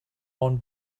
ond